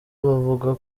bavuga